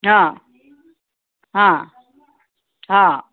हा हा हा